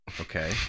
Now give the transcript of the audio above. Okay